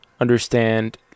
understand